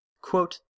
Quote